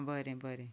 आं बरें बरें